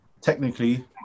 technically